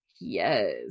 Yes